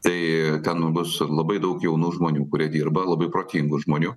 tai ten bus ir labai daug jaunų žmonių kurie dirba labai protingų žmonių